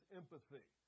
empathy